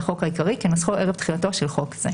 לחוק העיקרי כנוסחו ערב תחילתו של חוק זה."